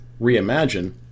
Reimagine